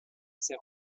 ser